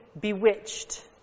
bewitched